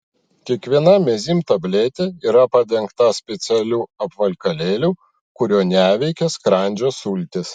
kiekviena mezym tabletė yra padengta specialiu apvalkalėliu kurio neveikia skrandžio sultys